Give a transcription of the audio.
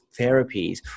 therapies